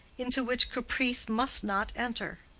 into which caprice must not enter.